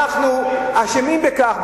אנחנו אשמים בכך,